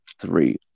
three